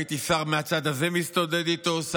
ראיתי שר מהצד הזה מסתודד איתו,